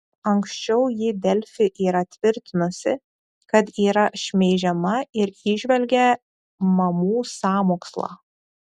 anksčiau ji delfi yra tvirtinusi kad yra šmeižiama ir įžvelgė mamų sąmokslą